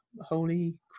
Holy